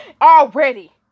already